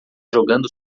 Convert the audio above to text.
jogando